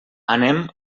anem